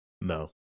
no